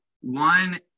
One